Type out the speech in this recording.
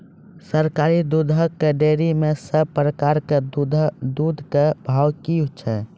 सरकारी दुग्धक डेयरी मे सब प्रकारक दूधक भाव की छै?